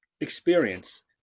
experience